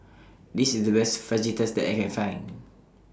This IS The Best Fajitas that I Can Find